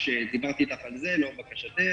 דיברתי איתך על זה לאור בקשתך.